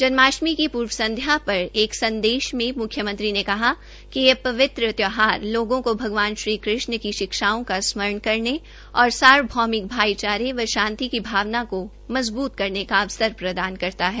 जन्माष्टमी की पूर्व संध्या पर अपने एक संदेश में म्ख्यमंत्री ने कहा कि यह पवित्र त्योहार लोगों को भगवान श्रीकृष्ण की शिक्षाओं का स्मरण करने और सार्वभौमिक भाईचारे व शांति की भावना को मजबूत करने का अवसर प्रदान करता है